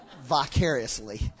vicariously